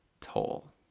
toll